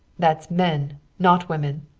that's men. not women!